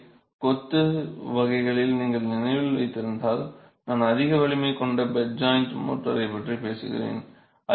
எனவே கொத்து வகைகளில் நீங்கள் நினைவில் வைத்திருந்தால் நான் அதிக வலிமை கொண்ட பெட் ஜாய்ன்ட் மோர்டார் பற்றி பேசுகிறேன்